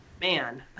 man